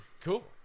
cool